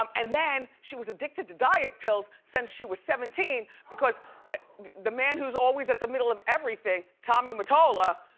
um and then she was addicted to diet pills since she was seventeen because the man who's always at the middle of everything, tommy mottola,